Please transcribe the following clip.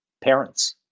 parents